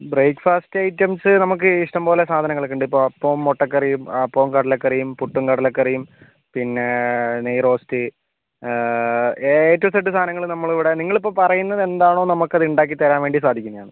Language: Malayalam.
ബ്രേക്ക്ഫാസ്റ്റ് ഐറ്റംസ് നമുക്ക് ഇഷ്ടം പോലെ സാധനങ്ങൾ ഒക്കെ ഉണ്ട് ഇപ്പം അപ്പം മുട്ടക്കറിയും അപ്പം കടലക്കറിയും പുട്ടും കടലക്കറിയും പിന്നെ നെയ്റോസ്റ്റ് എ ടു ഇസഡ് സാധനങ്ങൾ നമ്മൾ ഇവിടെ നിങ്ങൾ ഇപ്പം പറയുന്നത് എന്താണോ നമുക്ക് അത് ഉണ്ടാക്കി തരാൻ സാധിക്കുന്നത് ആണ്